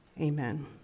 amen